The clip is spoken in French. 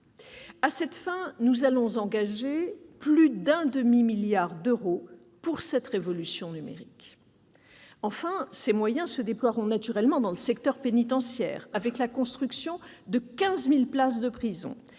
À cette fin, nous allons engager plus d'un demi-milliard d'euros pour mener la révolution numérique. Enfin, ces moyens se déploieront naturellement dans le secteur pénitentiaire, avec la construction de 15 000 places de prison,